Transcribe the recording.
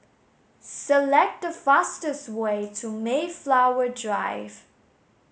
select the fastest way to Mayflower Drive